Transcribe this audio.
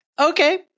Okay